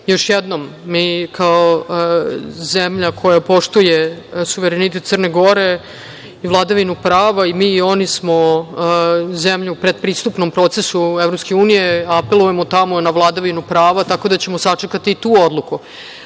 Još jednom mi kao zemlja koja poštuje suverenitet Crne Gore i vladavinu prava i mi i oni smo zemlju predpristupnom procesu EU apelujemo tamo na vladavinu prava, tako da ćemo sačekati tu odluku,